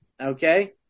Okay